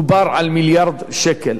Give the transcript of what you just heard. על קרן של מיליארד שקלים.